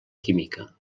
química